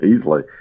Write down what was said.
easily